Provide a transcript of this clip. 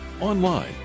online